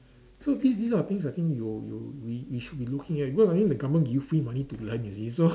so these these are things I think you you we we should be looking at because I mean the government give you free money to learn you see so